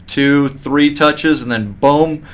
two, three touches, and then boom,